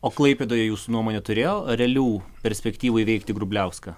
o klaipėdoje jūsų nuomone turėjo realių perspektyvų įveikti grubliauską